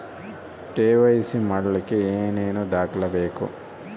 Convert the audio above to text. KYC ಮಾಡಲಿಕ್ಕೆ ಏನೇನು ದಾಖಲೆಬೇಕು?